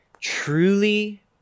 truly